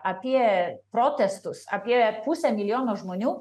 apie protestus apie pusę milijono žmonių